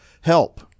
Help